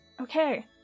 Okay